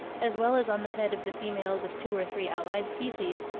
as well as on the head of the females of two or three allied species,